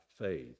faith